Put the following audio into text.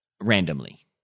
randomly